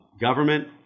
government